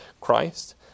Christ